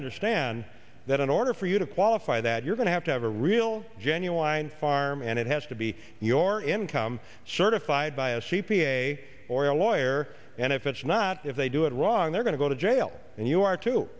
understand that in order for you to qualify that you're going to have to have a real genuine farm and it has to be your income certified by a c p a or a lawyer and if it's not if they do it wrong they're going to go to jail and you are too